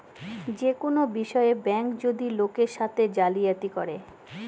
যে কোনো বিষয়ে ব্যাঙ্ক যদি লোকের সাথে জালিয়াতি করে